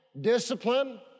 discipline